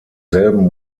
selben